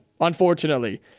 unfortunately